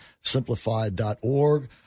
simplified.org